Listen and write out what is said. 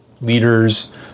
leaders